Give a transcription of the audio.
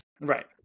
right